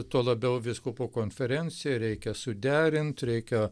tuo labiau vyskupų konferencija reikia suderint reikia